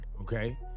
Okay